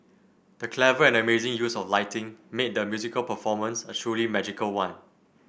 the clever and amazing use of lighting made the musical performance a truly magical one